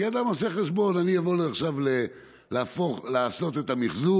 כי אדם עושה חשבון: אני אבוא עכשיו לעשות את המחזור,